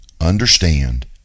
understand